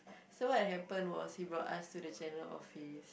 so what happened was he brought us to the general office